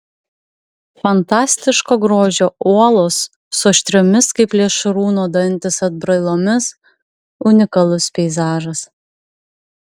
fantastiško grožio uolos su aštriomis kaip plėšrūno dantys atbrailomis unikalus peizažas